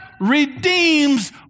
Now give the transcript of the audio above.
redeems